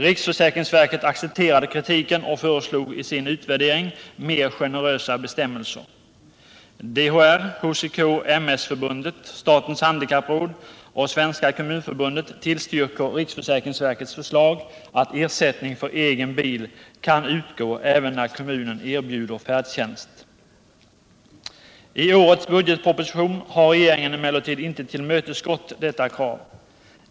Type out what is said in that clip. Riksförsäkringsverket accepterade kritiken och föreslog i sin utvärdering mer generösa bestämmelser. DHR, HCK, MS-Förbundet, statens handikappråd och Svenska kommunförbundet tillstyrker riksförsäkringsverkets förslag att ersättning för egen bil kan utgå även när kommunen erbjuder färdtjänst. I årets budgetproposition har regeringen emellertid inte tillmötesgått detta krav.